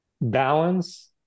balance